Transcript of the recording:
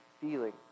feeling